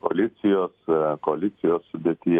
koalicijos koalicijos sudėty